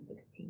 2016